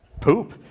poop